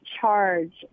charge